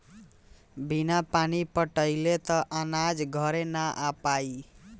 बिना पानी पटाइले त अनाज घरे ना आ पाई